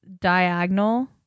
diagonal